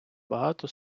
багато